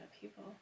people